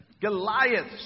Goliath